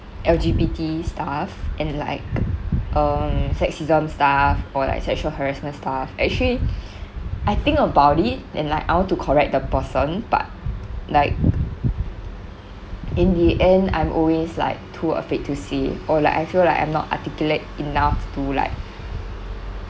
LGBT stuff and like um sexism stuff or like sexual harassment stuff actually I think about it and like I want to correct the person but like in the end I'm always like too afraid to say it or like I feel like I'm not articulate enough to like